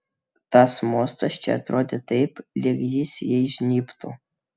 tas mostas čia atrodė taip lyg jis jai žnybtų